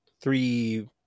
three